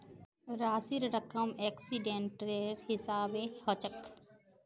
राशिर रकम एक्सीडेंटेर हिसाबे हछेक